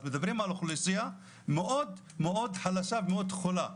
אז אנחנו מדברים על אוכלוסייה מאוד מאוד חלשה ומאוד חולה,